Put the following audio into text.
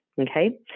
okay